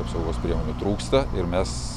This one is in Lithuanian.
apsaugos priemonių trūksta ir mes